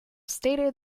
stated